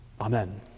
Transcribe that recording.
Amen